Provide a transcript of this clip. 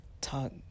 talk